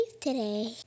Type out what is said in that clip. today